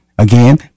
Again